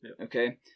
okay